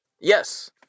Yes